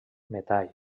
metall